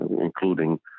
including